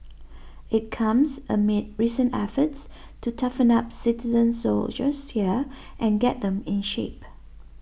it comes amid recent efforts to toughen up citizen soldiers here and get them in shape